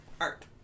art